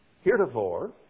heretofore